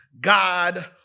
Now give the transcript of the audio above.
God